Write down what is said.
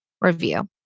review